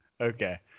Okay